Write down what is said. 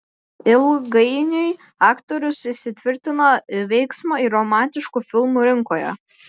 ilgainiui aktorius įsitvirtino veiksmo ir romantiškų filmų rinkoje